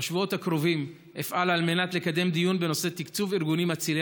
בשבועות הקרובים אפעל לקדם דיון בנושא תקצוב ארגונים מצילי